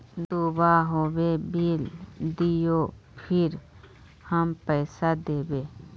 दूबा होबे बिल दियो फिर हम पैसा देबे?